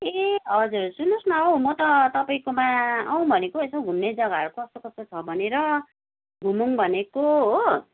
ए हजुर सुन्नुहोस् न हौ म त तपाईँकोमा आउँ भनेको यसो घुम्ने जग्गाहरू कस्तो कस्तो छ भनेर घुमौँ भनेको हो